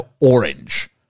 orange